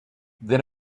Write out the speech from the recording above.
then